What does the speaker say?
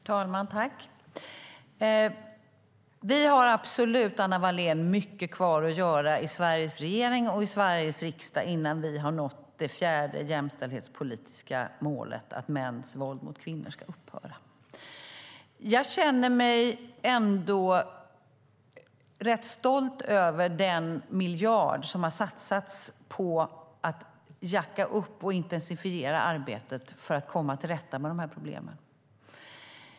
Herr talman! Vi har absolut, Anna Wallén, mycket kvar att göra i Sveriges regering och i Sveriges riksdag innan vi har nått det fjärde jämställdhetspolitiska målet att mäns våld mot kvinnor ska upphöra. Jag känner mig ändå rätt stolt över den miljard som har satsats på att intensifiera arbetet för att komma till rätta med de här problemen.